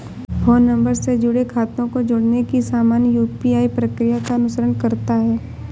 phone number से जुड़े खातों को जोड़ने की सामान्य यू.पी.आई प्रक्रिया का अनुसरण करता है